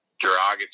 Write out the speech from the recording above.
derogatory